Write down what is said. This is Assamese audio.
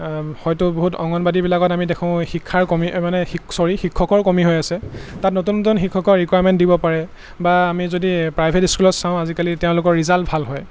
হয় হয়তো বহুত অংগনবাড়ীবিলাকত আমি দেখোঁ শিক্ষাৰ কমি মানে চৰি শিক্ষকৰ কমি হৈ আছে তাত নতুন নতুন শিক্ষকৰ ৰিকুৱাৰমেণ্ট দিব পাৰে বা আমি যদি প্ৰাইভেট স্কুলত চাওঁ আজিকালি তেওঁলোকৰ ৰিজাল্ট ভাল হয়